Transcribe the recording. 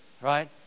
right